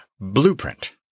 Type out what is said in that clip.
Blueprint